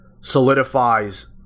solidifies